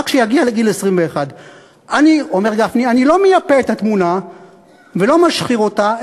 רק כשיגיע לגיל 21. אומר גפני: אני לא מייפה את התמונה ולא משחיר אותה,